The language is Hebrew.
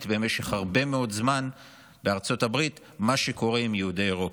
בארצות הברית במשך הרבה מאוד זמן מה שקורה עם יהודי אירופה.